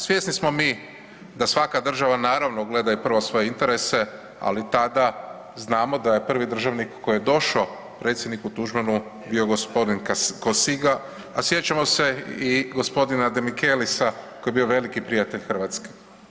Svjesni smo mi da svaka država, naravno, gleda i prvo svoje interese, ali tada, znamo da je prvi državnik koji je došao predsjedniku Tuđmanu, bio g. Cossiga, a sjećamo se i g. Demikelisa koji je bio veliki prijatelj Hrvatske.